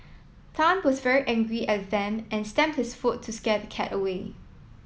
Tan was very angry at Vamp and stamped his foot to scare the cat away